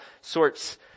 sorts